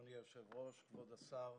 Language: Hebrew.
אדוני היושב-ראש, כבוד השר.